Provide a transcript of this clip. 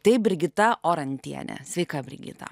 tai brigita orantienė sveika brigita